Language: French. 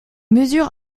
mesures